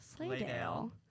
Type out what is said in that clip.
Slaydale